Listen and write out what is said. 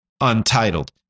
Untitled